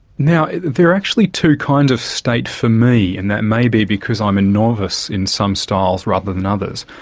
now, there are actually two kinds of state for me, and that may be because i'm a novice in some styles rather than others.